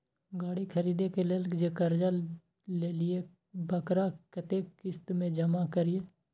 गाड़ी खरदे के लेल जे कर्जा लेलिए वकरा कतेक किस्त में जमा करिए?